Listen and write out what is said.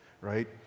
right